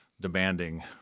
demanding